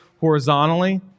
horizontally